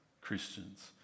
Christians